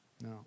No